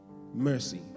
mercy